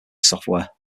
software